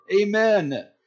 Amen